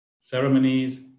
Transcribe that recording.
ceremonies